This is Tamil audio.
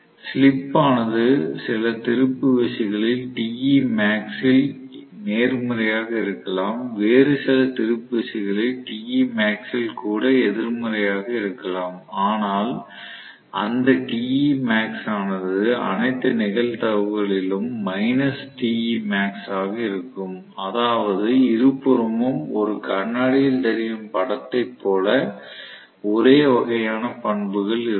ஸ்லிப் ஆனது சில திருப்பு விசைகளில் Temax இல் நேர்மறையாக இருக்கலாம் வேறு சில திருப்பு விசைகளில் Temax இல் கூட எதிர்மறையாக இருக்கலாம் ஆனால் அந்த Temax ஆனது அனைத்து நிகழ்தகவுகளிலும் மைனஸ் Temax ஆக இருக்கும் அதாவது இருபுறமும் ஒரு கண்ணாடியில் தெரியும் படத்தை போல ஒரே வகையான பண்புகள் இருக்கும்